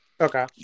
okay